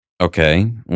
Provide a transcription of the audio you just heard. Okay